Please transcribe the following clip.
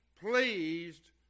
pleased